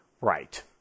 Right